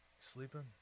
Sleeping